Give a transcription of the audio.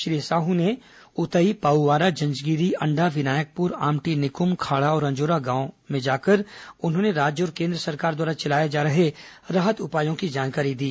श्री साहू ने उतई पाउवारा जंजगीरी अंडा विनायकपुर आमटी निकुम खाड़ा और अंजोरा गांव पहुंचे जहां उन्होंने राज्य और केन्द्र सरकार द्वारा चलाए जा रहे राहत उपायों की जानकारी दी